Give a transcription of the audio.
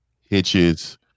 Hitches